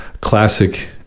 Classic